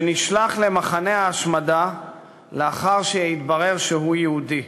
שנשלח למחנה ההשמדה לאחר שהתברר שהוא יהודי.